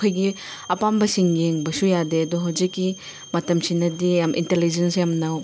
ꯑꯩꯈꯣꯏꯒꯤ ꯑꯄꯥꯝꯕꯁꯤꯡ ꯌꯦꯡꯕꯁꯨ ꯌꯥꯗꯦ ꯑꯗꯨ ꯍꯧꯖꯤꯛꯀꯤ ꯃꯇꯝꯁꯤꯅꯗꯤ ꯌꯥꯝ ꯏꯟꯇꯂꯤꯖꯦꯟꯁ ꯌꯥꯝꯅ